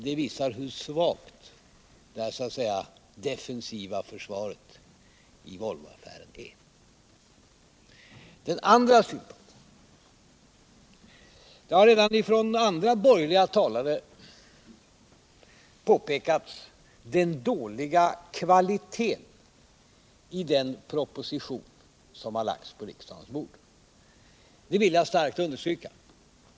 Det visar hur svagt regeringens defensiva försvar i Volvoaffären är. Den andra synpunkten: Det har redan påpekats av borgerliga talare att kvaliteten i den proposition som har lagts på riksdagens bord är dålig. Det vill jag starkt understryka.